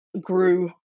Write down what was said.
grew